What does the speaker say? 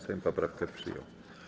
Sejm poprawki przyjął.